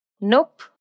Nope